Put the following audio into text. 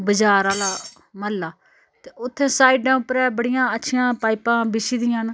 बज़ार आह्ला म्हल्ला ते उत्थें साइडें उप्परें बड़ियां अच्छियां पाइपां बिछी दियां न